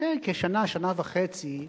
לפני כשנה, שנה וחצי,